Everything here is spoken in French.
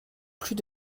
plus